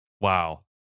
Wow